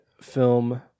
film